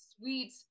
sweet